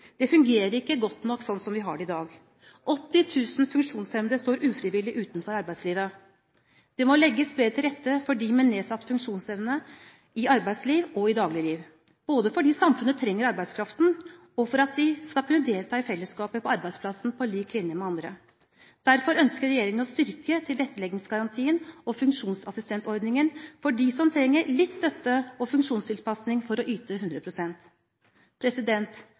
Det fungerer ikke godt nok slik som vi har det i dag. 80 000 funksjonshemmede står ufrivillig utenfor arbeidslivet. Det må legges bedre til rette for dem med nedsatt funksjonsevne i arbeidsliv og i dagligliv, fordi samfunnet trenger arbeidskraften, og for at de skal kunne delta i fellesskapet på arbeidsplassen på lik linje med andre. Derfor ønsker regjeringen å styrke tilretteleggingsgarantien og funksjonsassistentordningen for dem som trenger litt støtte og funksjonstilpasning for å yte